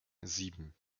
sieben